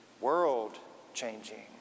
world-changing